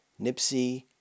Nipsey